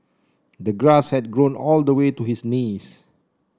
the grass had grown all the way to his knees